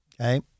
Okay